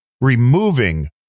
removing